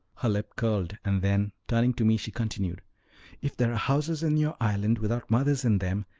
her lip curled, and then, turning to me, she continued if there are houses in your island without mothers in them,